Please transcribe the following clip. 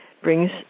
brings